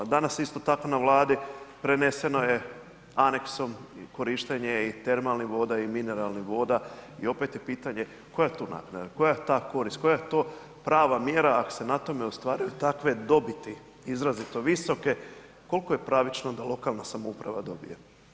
A danas isto tako na Vladi preneseno je aneksom korištenje i termalnih voda i mineralnih voda i opet je pitanje koja je tu naknada, koja je to korist, koja je to prava mjera ako se na tome ostvaruju takve dobiti, izrazito visoke, koliko je pravično da lokalna samouprava dobije.